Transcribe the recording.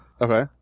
okay